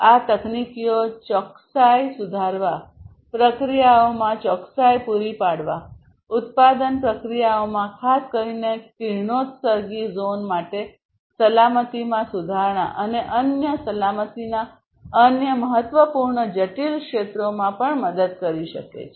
આ તકનીકીઓ ચોકસાઇ સુધારવા પ્રક્રિયાઓમાં ચોકસાઇ પૂરી પાડવા ઉત્પાદન પ્રક્રિયાઓમાં ખાસ કરીને કિરણોત્સર્ગી ઝોન માટે સલામતીમાં સુધારણા અને અન્ય સલામતીના અન્ય મહત્વપૂર્ણ જટિલ ક્ષેત્રોમાં પણ મદદ કરી શકે છે